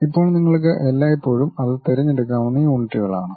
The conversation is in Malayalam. ഇപ്പോൾ നിങ്ങൾക്ക് എല്ലായ്പ്പോഴും അത് തിരഞ്ഞെടുക്കാവുന്ന യൂണിറ്റുകൾ ആണ്